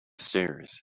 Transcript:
stairs